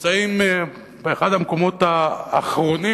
נמצאים באחד המקומות האחרונים